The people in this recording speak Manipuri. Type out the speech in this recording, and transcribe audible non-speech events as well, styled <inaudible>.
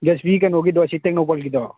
<unintelligible> ꯀꯩꯅꯣꯒꯤꯗꯣ ꯁꯤ ꯇꯦꯛꯅꯧꯄꯜꯒꯤꯗꯣ